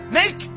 make